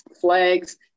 flags